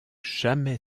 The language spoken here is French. jamais